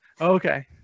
Okay